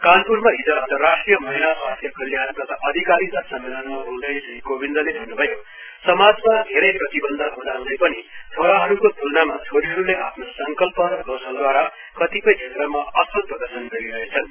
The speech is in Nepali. कानप्रमा हिज अन्तर्राष्ट्रिय महिला स्वास्थ्य कल्याण तथा अधिकारिता सम्मेलनमा बोल्दै श्री कोविन्दले भन्नुभयो समाजमा धेरै प्रतिवन्ध हूँदा हूँदै पनि छोराहरूको तुलनामा छोरीहरूले आफ्नो संकल्प र कौशलद्वारा कतिपय क्षेत्रमा असल प्रदर्शन गरिरहेछन्